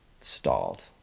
stalled